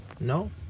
No